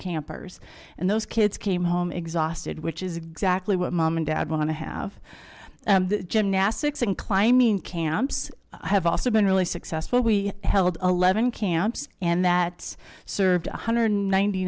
campers and those kids came home exhausted which is exactly what mom and dad want to have gymnastics and climbing camps have also been really successful we held eleven camps and that served one hundred ninety